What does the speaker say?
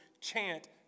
chant